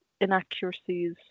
inaccuracies